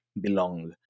belong